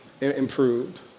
improved